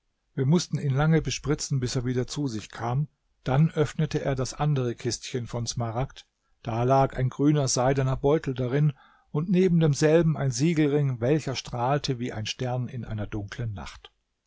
wir mußten ihn lange bespritzen bis er wieder zu sich kam dann öffnete er das andere kistchen von smaragd da lag ein grüner seidener beutel darin und neben demselben ein siegelring welcher strahlte wie ein stern in einer dunklen nacht